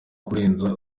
kurenza